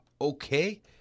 okay